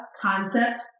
concept